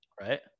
right